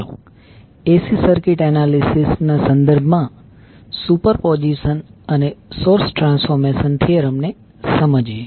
ચાલો AC circuit analysis ના સંદર્ભમાં સુપરપોઝિશન અને સોર્સ ટ્રાન્સફોર્મેશન થીયરમ ને સમજીએ